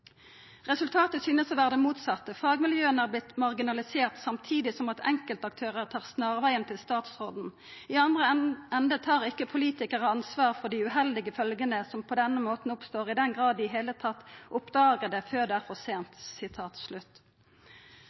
Resultatet synes å være det motsatte; fagmiljøene er blitt marginalisert samtidig som at enkeltaktører tar snarveier til statsråden. I den andre enden tar ikke politikerne ansvar for de uheldige følgene som på denne måten oppstår – i den grad de i det hele tatt oppdager dem før det er for sent.»